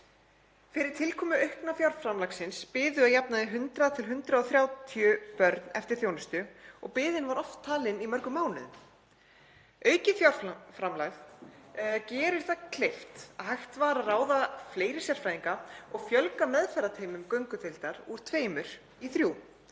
Fyrir tilkomu aukna fjárframlagsins biðu að jafnaði 100–130 börn eftir þjónustu og biðin var oft talin í mörgum mánuðum. Aukið fjárframlag gerði það kleift að hægt var að ráða fleiri sérfræðinga og fjölga meðferðarteymum göngudeildar úr tveimur í þrjú,